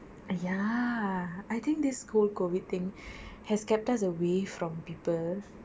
ya I think this whole COVID thing has kept us away from people